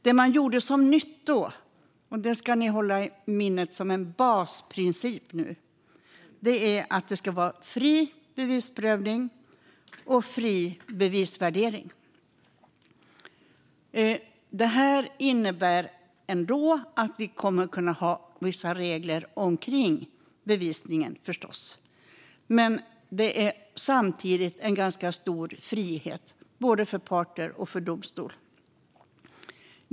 Det som man då gjorde som nytt - och det ska ni hålla i minnet som en basprincip - var att det skulle vara fri bevisprövning och fri bevisvärdering. Detta innebär ändå förstås att vi kommer att kunna ha vissa regler om bevisningen. Men det är samtidigt en ganska stor frihet både för parter och för domstol.